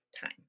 time